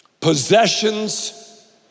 possessions